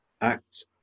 act